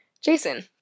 Jason